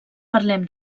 parlem